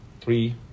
three